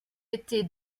été